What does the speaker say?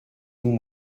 nous